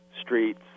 streets